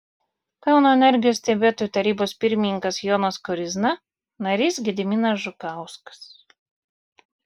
kauno energijos stebėtojų tarybos pirmininkas jonas koryzna narys gediminas žukauskas